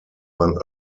man